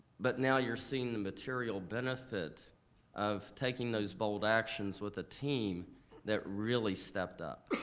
but now you are seeing the material benefit of taking those bold actions with a team that really stepped up.